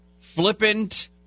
flippant